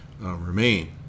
remain